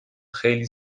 خیلی